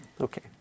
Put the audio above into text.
Okay